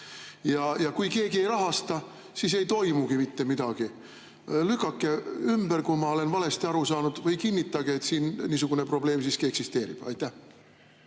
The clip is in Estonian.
Kui keegi ei rahasta, siis ei toimugi mitte midagi. Lükake ümber, kui ma olen valesti aru saanud, või kinnitage, et niisugune probleem siiski eksisteerib. Aitäh,